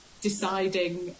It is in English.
deciding